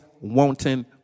wanting